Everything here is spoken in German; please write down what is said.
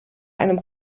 einem